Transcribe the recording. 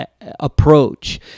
approach